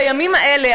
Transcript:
בימים האלה,